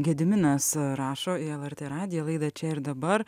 gediminas rašo į lrt radiją laidą čia ir dabar